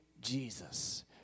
Jesus